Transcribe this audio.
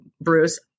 bruce